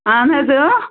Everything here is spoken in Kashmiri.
اَہَن حظ آ